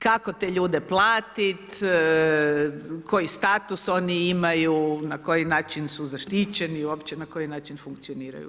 Kako te ljude platiti koji status oni imaju, na koji način su zaštićeni, uopće na koji način funkcioniraju.